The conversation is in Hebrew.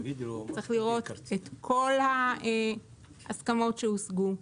צריך לראות את כל ההסכמות שהושגו.